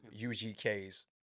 UGK's